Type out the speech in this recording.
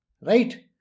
Right